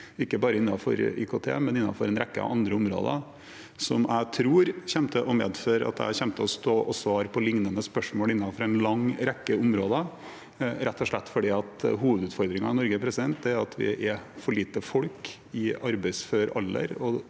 ikke bare innenfor IKT, men innenfor en rekke områder. Det tror jeg vil medføre at jeg kommer til å stå og svare på liknende spørsmål innenfor en lang rekke områder, rett og slett fordi hovedutfordringen i Norge er at vi er for få folk i arbeidsfør alder,